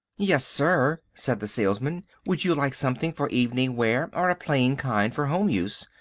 yes, sir, said the salesman. would you like something for evening wear, or a plain kind for home use.